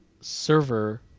server